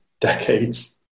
decades